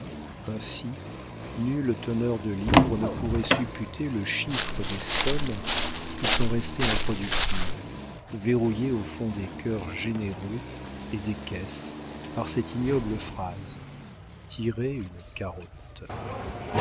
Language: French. ainsi nul teneur de livres ne pourrait supputer le chiffre des sommes qui sont restées improductives verrouillées au fond des cœurs généreux et des caisses par cette ignoble phrase tirer une carotte